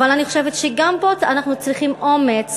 אבל אני חושבת שגם פה אנחנו צריכים אומץ